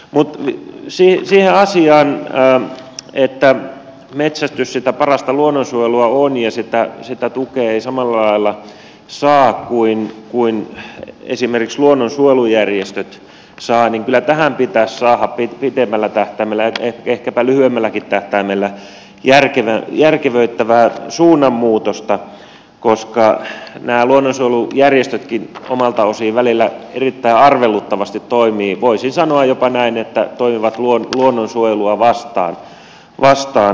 mutta siihen asiaan että metsästys sitä parasta luonnonsuojelua on ja sitä tukea ei samalla lailla saa kuin esimerkiksi luonnonsuojelujärjestöt saavat niin kyllä tähän pitäisi saada pitemmällä tähtäimellä ehkäpä lyhyemmälläkin tähtäimellä järkevöittävää suunnanmuutosta koska nämä luonnonsuojelujärjestötkin omalta osin välillä erittäin arveluttavasti toimivat voisin sanoa jopa näin että toimivat luonnonsuojelua vastaan